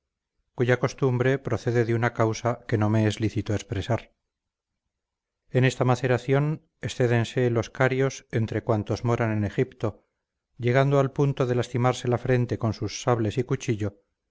cuya costumbre procede de una causa que no me es lícito expresar en esta maceración excédense los carios entre cuantos moran en egipto llegando al punto de lastimarse la frente con sus sables y cuchillo